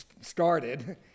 started